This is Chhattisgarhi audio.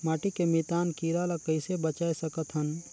माटी के मितान कीरा ल कइसे बचाय सकत हन?